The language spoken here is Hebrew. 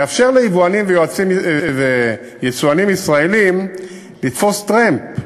נאפשר ליבואנים וליצואנים ישראלים לתפוס טרמפ.